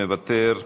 מוותר,